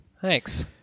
Thanks